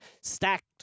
stacked